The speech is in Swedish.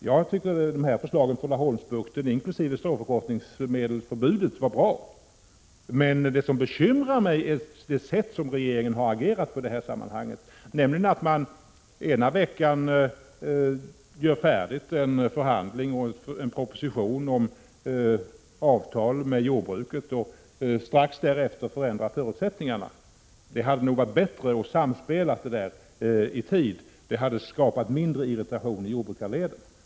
Jag tycker att förslagen för Laholmsbukten inkl. stråförkortningsmedelsförbudet var bra. Men det som bekymrar mig är regeringens sätt att agera i detta sammanhang, då den ena veckan slutför en förhandling och lägger fram en proposition om avtal med jordbruket och den andra veckan förändrar förutsättningarna. Det hade nog varit bättre att samordna detta i tid. Det hade skapat mindre irritation i jordbrukarledet.